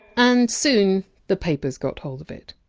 and soon the papers got hold of it.